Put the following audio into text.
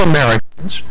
Americans